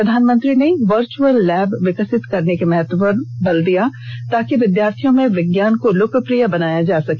प्रधानमंत्री ने virtual lab विकसित करने के महत्व पर बल दिया ताकि विद्यार्थियों में विज्ञान को लोकप्रिय बनाया जा सके